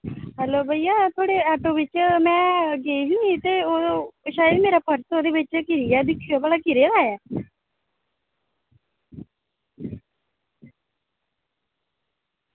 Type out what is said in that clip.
hello भैया थुआढ़े auto बिच्च में गेई ही ते ओह् शायद मेरा पर्स ओह्दे बिच्च गिरी गेआ दिक्खेओ भला गिरे दा ऐ